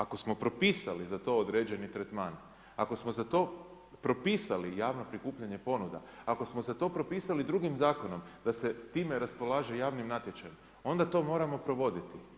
Ako smo propisali za to određeni tretman, ako smo za to propisali, javno prikupljanje ponuda, ako smo to propisali drugim zakonom, da se time raspolaže javnim natječajem, onda to moramo provoditi.